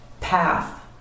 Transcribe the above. path